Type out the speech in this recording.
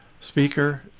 speaker